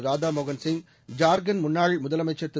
ராதாமோகன் சிங் ஜார்க்கண்ட் முன்னாள் முதலமைச்சர் திரு